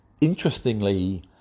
Interestingly